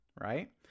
right